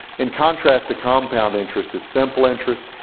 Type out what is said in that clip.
in contrast to compound interest is simple interest.